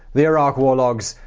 the iraq war logs,